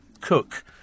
cook